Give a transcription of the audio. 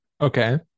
Okay